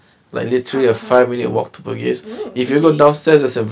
(uh huh) oo okay